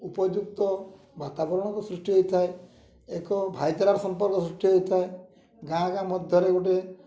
ଉପଯୁକ୍ତ ବାତାବରଣ ସୃଷ୍ଟି ହୋଇଥାଏ ଏକ ଭାଇଚାରାର ସମ୍ପର୍କ ସୃଷ୍ଟି ହୋଇଥାଏ ଗାଁ ଗାଁ ମଧ୍ୟରେ ଗୋଟେ